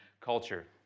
culture